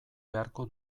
beharko